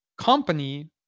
company